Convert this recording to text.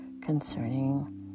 concerning